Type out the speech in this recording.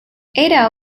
ada